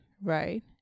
right